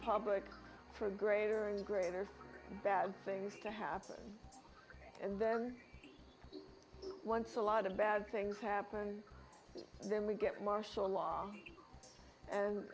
public for greater and greater bad things to happen and then once a lot of bad things happen then we get martial law and